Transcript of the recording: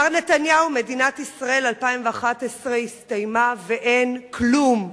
מר נתניהו, מדינת ישראל 2011 הסתיימה, ואין כלום.